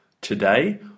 Today